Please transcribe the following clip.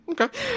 Okay